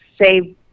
say